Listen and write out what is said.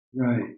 Right